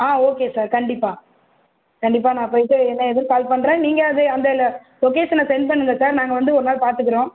ஆ okay sir கண்டிப்பாக கண்டிப்பாக நான் போய்ட்டு என்ன ஏதுன்னு கால் பண்ணுறேன் நீங்கள் அது அந்தல லொகேஷனை சென்ட் பண்ணுங்கள் சார் நாங்கள் வந்து ஒருநாள் பார்த்துக்குறோம்